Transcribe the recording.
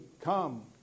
Come